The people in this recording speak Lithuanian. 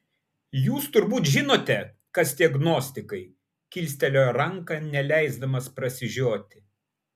jūs turbūt žinote kas tie gnostikai kilstelėjo ranką neleisdamas prasižioti